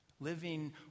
Living